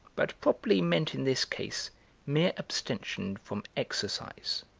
but probably meant in this case mere abstention from exercise.